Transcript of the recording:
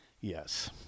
Yes